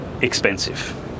expensive